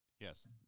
yes